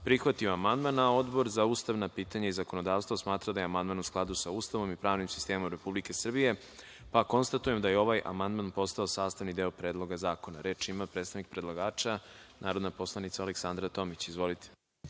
prihvatio amandman. Odbor za ustavna pitanja i zakonodavstvo smatra da je amandman u skladu sa Ustavom i pravnim sistemom Republike Srbije. Konstatujem da je ovaj amandman postao sastavni deo Predloga zakona. Reč ima predstavnik predlagača narodna poslanica Aleksandra Tomić.